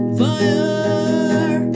fire